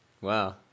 Wow